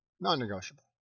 non-negotiable